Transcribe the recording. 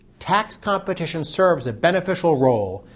tax competition serves a beneficial role.